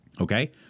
Okay